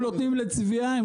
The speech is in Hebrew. הם נותנים לצביעה,